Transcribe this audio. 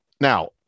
now